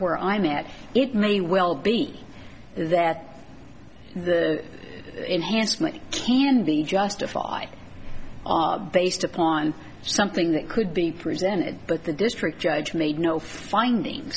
where i'm at it may well be that the enhancement can be justify based upon something that could be presented but the district judge made no finding